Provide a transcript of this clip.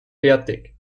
fertig